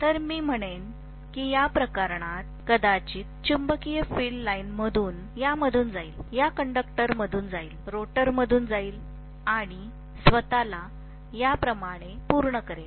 तर मी म्हणेन की या प्रकरणात कदाचित चुंबकीय फील्ड लाइन यामधून जाईल या कंडक्टरमधून जाईल रोटरमधून जाईल आणि स्वत ला याप्रमाणे पूर्ण करेल